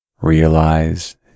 Realize